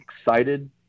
excited